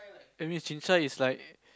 that means chincai is like